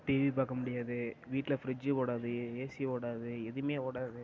TV பார்க்க முடியாது வீட்டில் ஃப்ரிட்ஜு ஓடாது ஏசி ஓடாது எதுவும் ஓடாது